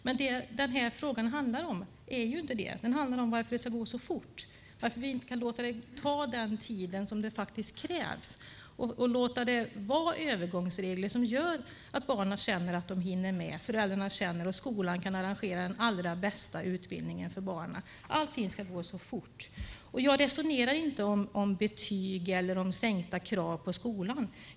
Men frågan handlar inte om det utan om varför det ska gå så fort, varför vi inte kan låta det ta den tid som faktiskt krävs och ha övergångsregler som gör att barnen och föräldrarna känner att de hinner med och att skolan kan arrangera den allra bästa utbildningen för barnen. Nu ska allting gå så fort. Jag resonerar inte om betyg eller om sänkta krav på skolan.